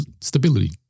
stability